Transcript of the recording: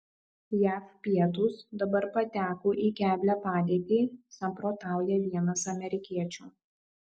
jav pietūs dabar pateko į keblią padėtį samprotauja vienas amerikiečių